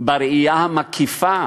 בראייה המקיפה